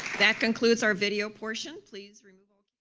that concludes our video portion. please remove. ah